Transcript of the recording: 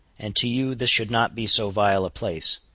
and to you, this should not be so vile a place.